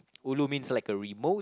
ulu means like a remote